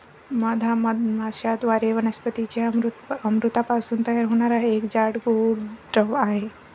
मध हा मधमाश्यांद्वारे वनस्पतीं च्या अमृतापासून तयार होणारा एक जाड, गोड द्रव आहे